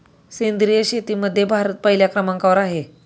सेंद्रिय शेतीमध्ये भारत पहिल्या क्रमांकावर आहे